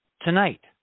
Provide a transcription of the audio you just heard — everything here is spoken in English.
Tonight